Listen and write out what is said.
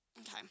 Okay